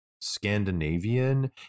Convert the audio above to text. Scandinavian